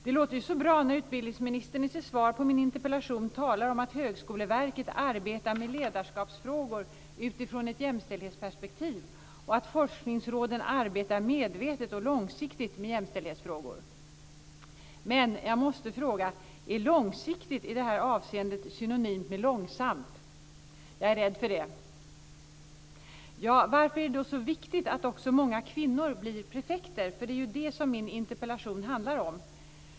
Det låter så bra när utbildningsministern i sitt svar på min interpellation talar om att Högskoleverket arbetar med ledarskapsfrågor utifrån ett jämställdhetsperspektiv och att forskningsråden arbetar medvetet och långsiktigt med jämställdhetsfrågor. Men jag måste fråga: Är långsiktigt i det här avseendet synonymt med långsamt? Jag är rädd för det. Varför är det då så viktigt att också många kvinnor blir prefekter - för det är ju det min interpellation handlar om?